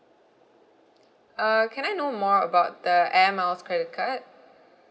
uh can I know more about the Air Miles credit card